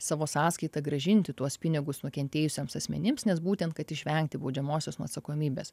savo sąskaita grąžinti tuos pinigus nukentėjusiems asmenims nes būtent kad išvengti baudžiamosios nu atsakomybės